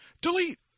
delete